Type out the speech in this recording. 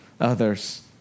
others